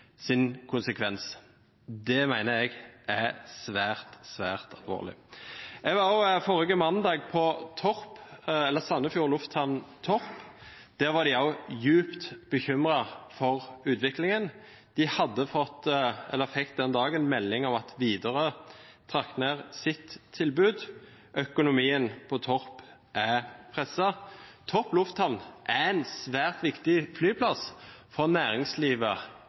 Det mener jeg er svært, svært alvorlig. Jeg var også forrige mandag på Sandefjord lufthavn Torp. Der var de også dypt bekymret for utviklingen. De hadde fått – eller fikk den dagen – melding om at Widerøe trakk sitt tilbud. Økonomien på Torp er presset. Torp lufthavn er en svært viktig flyplass for næringslivet